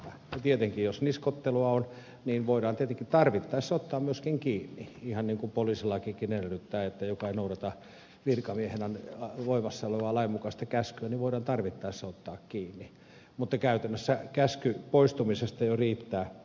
tietenkin jos niskoittelua on voidaan tietenkin tarvittaessa ottaa myöskin kiinni ihan niin kuin poliisilakikin edellyttää että joka ei noudata virkamiehen voimassa olevaa lainmukaista käskyä voidaan tarvittaessa ottaa kiinni mutta käytännössä käsky poistumisesta jo riittää